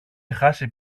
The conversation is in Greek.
χάσει